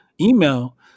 email